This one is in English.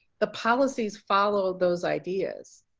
the policies follow those ideas.